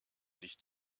licht